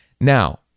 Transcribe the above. Now